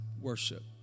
worship